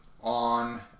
on